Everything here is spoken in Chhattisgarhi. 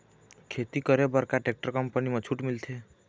खेती करे बर का टेक्टर कंपनी म छूट मिलथे?